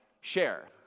share